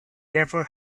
never